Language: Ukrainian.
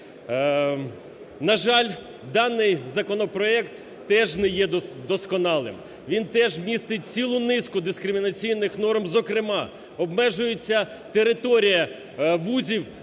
На жаль, даний законопроект теж не є досконалим. Він теж містить цілу низку дискримінаційних норм, зокрема обмежується територія вузів,